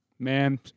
Man